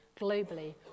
globally